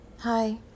hi